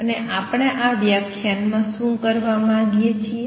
અને આપણે આ વ્યાખ્યાનમાં શું કરવા માંગીએ છીએ